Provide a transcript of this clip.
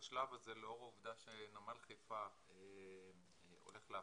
בשלב הזה לאור העובדה שנמל חיפה הולך להפרטה,